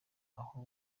aho